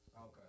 Okay